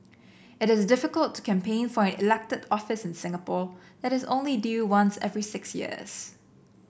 it is difficult to campaign for an elected office in Singapore that is only due once every six years